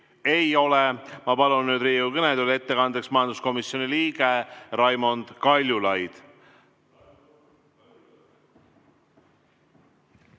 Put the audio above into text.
ei ole. Ma palun nüüd Riigikogu kõnetooli ettekandeks majanduskomisjoni liikme Raimond Kaljulaidi.